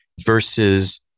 versus